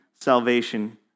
salvation